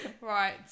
Right